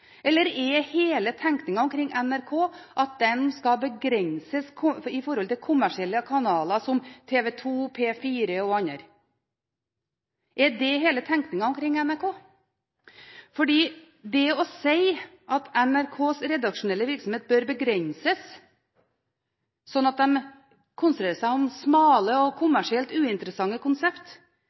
Er hele tenkningen omkring NRK at kanalen skal begrenses i forhold til kommersielle kanaler som TV 2, P4 og andre? Er det hele tenkningen om NRK? At NRKs redaksjonelle virksomhet bør begrenses slik at de konsentrerer seg om smale og kommersielt uinteressante